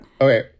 Okay